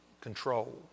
control